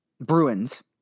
Bruins